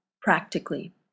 practically